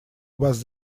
was